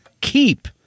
keep